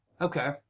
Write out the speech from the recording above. Okay